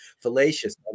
fallacious